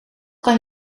kan